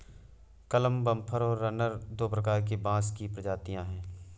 clumper और runner दो प्रकार की बाँस की प्रजातियाँ हैं